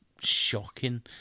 shocking